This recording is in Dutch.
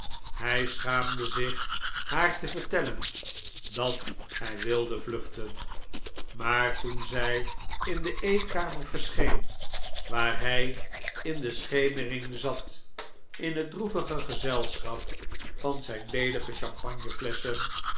hij schaamde zich haar te vertellen dat hij wilde vluchten maar toen zij in de eetkamer verscheen waar hij in de schemering zat in het droevige gezelschap van zijn ledige